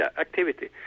activity